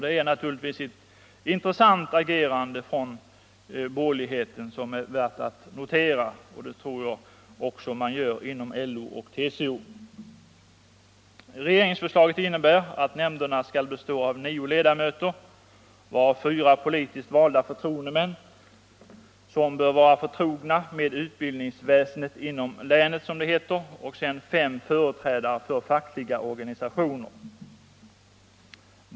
Det är naturligtvis ett intressant agerande från borgerligheten, värt att notera för framtiden, vilket jag också tror att man gör inom LO och TCO. Regeringsförslaget innebär att nämnderna skall bestå av nio ledamöter, varav fyra politiskt valda förtroendemän, som bör vara förtrogna med utbildningsväsendet inom länet, och fem företrädare för fackliga organisationer.